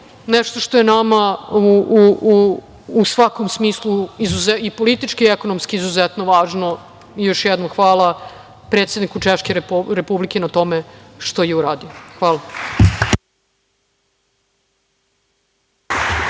nešto što je nama u svakom smislu, i politički i ekonomski izuzetno važno. Još jednom, hvala predsedniku Češke Republike na tome što je uradio. Hvala.